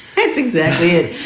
that's exactly it.